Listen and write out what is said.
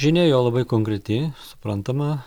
žinia jo labai konkreti suprantama